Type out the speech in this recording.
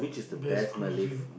best cuisine